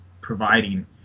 providing